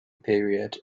period